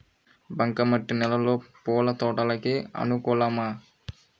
బంక మట్టి నేలలో పూల తోటలకు అనుకూలమా?